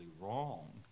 wrong